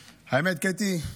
האמת, קטי,